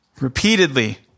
repeatedly